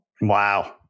Wow